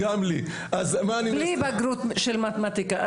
בלי בגרות של מתמטיקה.